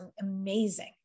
amazing